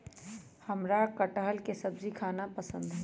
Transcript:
हमरा कठहल के सब्जी खाना पसंद हई